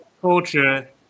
culture